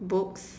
books